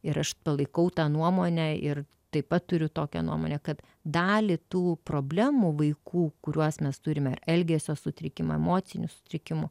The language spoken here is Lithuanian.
ir aš palaikau tą nuomonę ir taip pat turiu tokią nuomonę kad dalį tų problemų vaikų kuriuos mes turime elgesio sutrikimų emocinių sutrikimų